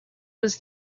was